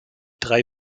drei